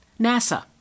NASA